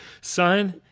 son